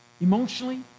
Emotionally